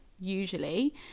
usually